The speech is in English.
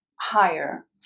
higher